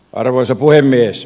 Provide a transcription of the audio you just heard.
arvoisa puhemies